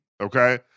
Okay